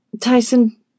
Tyson